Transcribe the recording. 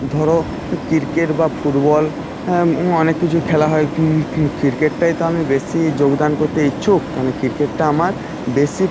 ধর ক্রিকেট বা ফুটবল হ্যাঁ ও অনেক কিছুই খেলা হয় ক্রিকেটটাই তো আমি বেশি যোগদান করতে ইচ্ছুক কেন ক্রিকেটটা আমার বেশি